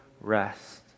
rest